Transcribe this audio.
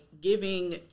giving